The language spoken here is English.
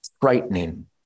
frightening